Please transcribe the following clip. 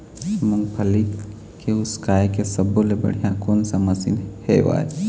मूंगफली के उसकाय के सब्बो ले बढ़िया कोन सा मशीन हेवय?